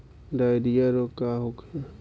Diarrhoea रोग का होखे?